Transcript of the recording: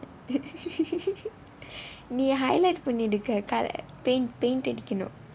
நீ:nee highlight பண்ணிடு:pannidu colour paint paint அடிக்கனும்:adikkanum